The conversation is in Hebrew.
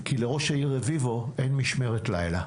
כי לראש העיר רביבו אין משמרת לילה.